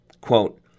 Quote